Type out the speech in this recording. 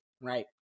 right